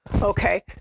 Okay